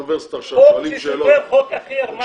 חוק שסותר חוק אחר על מה מדברים?